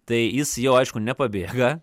tai jis jau aišku nepabėga